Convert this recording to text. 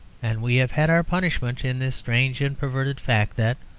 and we have had our punishment in this strange and perverted fact that,